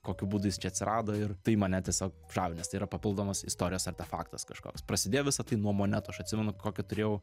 kokiu būdu jis čia atsirado ir tai mane tiesiog žavi nes tai yra papildomas istorijos artefaktas kažkoks prasidėjo visa tai nuo monetų aš atsimenu kokią turėjau